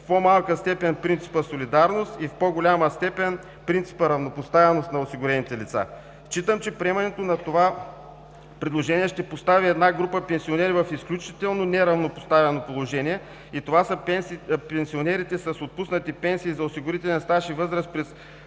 в по-малка степен принципът солидарност и в по-голяма степен принципът за равнопоставеност на осигурените лица. Считам, че приемането на това предложение ще постави една група пенсионери в изключително неравнопоставено положение и това са пенсионерите с отпуснати пенсии за осигурителен стаж и възраст през